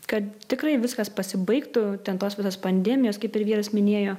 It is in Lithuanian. kad tikrai viskas pasibaigtų ten tos visos pandemijos kaip ir vyras minėjo